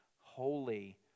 holy